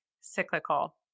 cyclical